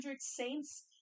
saints